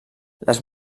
les